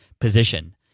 position